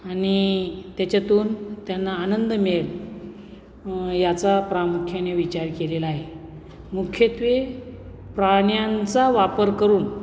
आणि त्याच्यातून त्यांना आनंद मिळेल याचा प्रामुख्याने विचार केलेला आहे मुख्यत्वे प्राण्यांचा वापर करून